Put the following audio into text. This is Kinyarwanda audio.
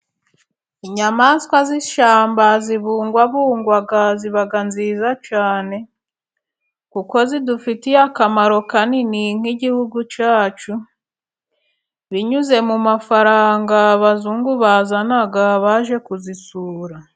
Inyamaswa z'ishyamba zibungwabungwa ziba nziza cyane， kuko zidufitiye akamaro kanini nk'igihugu cyacu， binyuze mu mafaranga abazungu baza baje kuzisura.